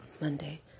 Monday